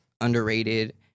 underrated